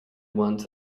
ones